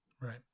Right